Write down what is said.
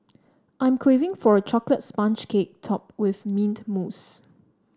I am craving for a chocolate sponge cake topped with mint mousse